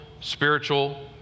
spiritual